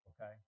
okay